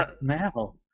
now